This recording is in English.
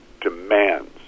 demands